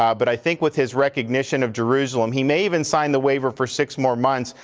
um but i think with his recognition of jerusalem, he may even sign the waiver for six more months,